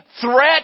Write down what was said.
threat